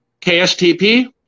KSTP